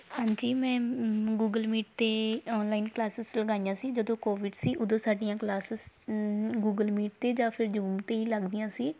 ਹਾਂਜੀ ਮੈਂ Google Meet 'ਤੇ ਔਨਲਾਈਨ ਕਲਾਸਿਸ ਲਗਾਈਆਂ ਸੀ ਜਦੋਂ ਕੋਵਿਡ ਸੀ ਉਦੋਂ ਸਾਡੀਆਂ ਕਲਾਸਿਸ ਗੂਗਲ ਮੀਟ 'ਤੇ ਜਾਂ ਫਿਰ ਜੂਮ 'ਤੇ ਹੀ ਲੱਗਦੀਆਂ ਸੀ